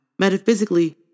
Metaphysically